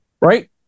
right